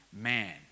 man